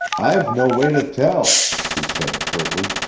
i've no way to tell, he said curtly.